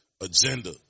agenda